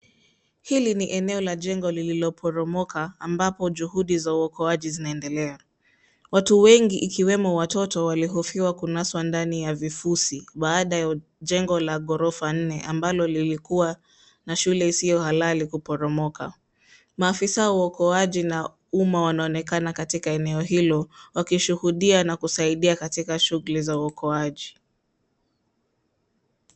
Hili ni eneo la jengo lililoporomoka ambapo juhudi za uokoaji zinaendelea, watu wengi ikiwemo watoto waliofiwa kunaswa kwenye vifusi baada ya jengo la gorofa nne ambalo lilikuwa na shule isiyo halali kuporomoka. Maafisa wa uokoaji na umma wanaonekana katika eneo hilo wakishuhudia na kusaidia katika shuguli za uokoaji.